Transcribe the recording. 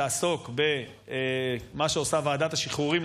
תעסוק במה שעושה ועדת השחרורים.